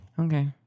Okay